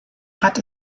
rad